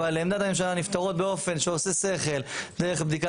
אבל לעמדת הממשלה נפתרות באופן שעושה שכל דרך בדיקת